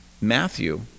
Matthew